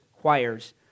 choirs